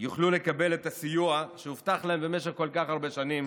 יוכלו לקבל את הסיוע שהובטח להם במשך כל כך הרבה שנים